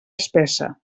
espessa